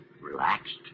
Relaxed